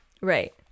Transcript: right